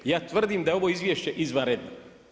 I ja tvrdim da je ovo izvješće izvanredno.